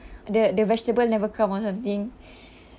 the the vegetable never come or something